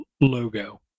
logo